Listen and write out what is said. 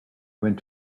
went